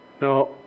Now